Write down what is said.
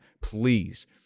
please